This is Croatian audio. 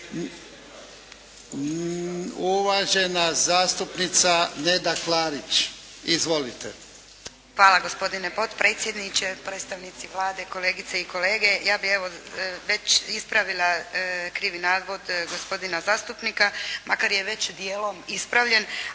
Uvažena zastupnica Neda Klarić. Izvolite. **Klarić, Nedjeljka (HDZ)** Hvala gospodine potpredsjedniče, predstavnici Vlade, kolegice i kolege. Ja bih evo već ispravila krivi navod gospodina zastupnika makar je već dijelom ispravljen,